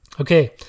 Okay